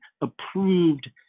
approved